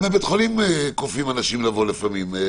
גם בבית חולים כופים אנשים לבוא לפעמים.